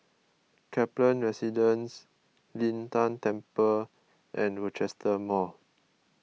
Kaplan Residence Lin Tan Temple and Rochester Mall